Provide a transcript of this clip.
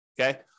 okay